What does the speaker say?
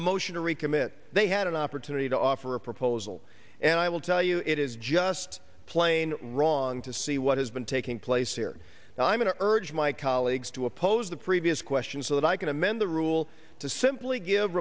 recommit they had an opportunity to offer a proposal and i will tell you it is just plain wrong to see what has been taking place here now i mean urge my colleagues to oppose the previous question so that i can amend the rule to simply give